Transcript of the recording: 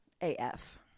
AF